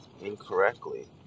incorrectly